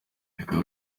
bikaba